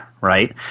right